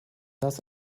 das